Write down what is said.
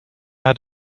hat